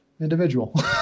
individual